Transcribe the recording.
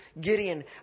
Gideon